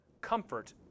comfort